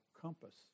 compass